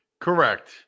Correct